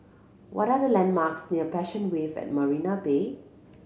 what are the landmarks near Passion Wave at Marina Bay